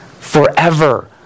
forever